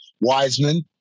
Wiseman